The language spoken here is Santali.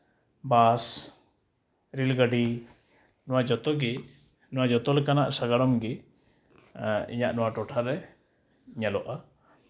ᱵᱟᱥ ᱨᱮᱹᱞ ᱜᱟᱰᱤ ᱱᱚᱣᱟ ᱡᱚᱛᱚᱜᱮ ᱱᱚᱣᱟ ᱡᱚᱛᱚ ᱞᱮᱠᱟ ᱥᱟᱸᱜᱟᱲᱚᱢ ᱜᱮ ᱤᱧᱟᱹᱜ ᱱᱚᱣᱟ ᱴᱚᱴᱷᱟᱨᱮ ᱧᱮᱞᱚᱜᱼᱟ